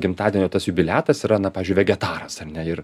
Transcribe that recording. gimtadienio tas jubiliatas yra na pavyzdžiui vegetaras ar ne ir